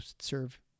serve